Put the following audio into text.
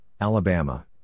Alabama